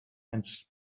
and